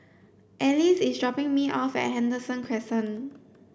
Alyse is dropping me off at Henderson Crescent